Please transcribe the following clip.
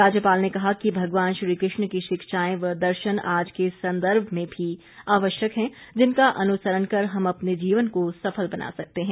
राज्यपाल ने कहा कि भगवान श्रीकृष्ण की शिक्षाएं व दर्शन आज के संदर्भ में भी आवश्यक हैं जिनका अनुसरण कर हम अपने जीवन को सफल बना सकते हैं